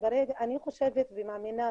אני חושבת ומאמינה,